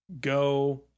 go